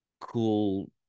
cool